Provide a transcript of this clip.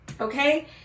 Okay